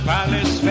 Palace